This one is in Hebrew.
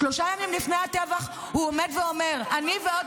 שלושה ימים לפני הטבח הוא עומד ואומר: אני ועוד